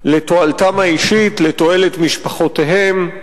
לתועלתם האישית, לתועלת משפחותיהם,